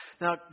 Now